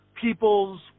people's